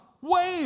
wave